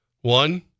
One